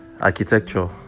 architecture